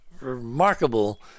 remarkable